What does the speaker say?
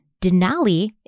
Denali